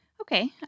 okay